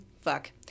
Fuck